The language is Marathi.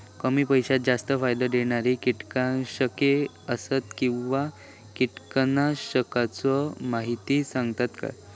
कमी पैशात जास्त फायदो दिणारी किटकनाशके आसत काय किंवा कीटकनाशकाचो माहिती सांगतात काय?